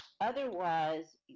otherwise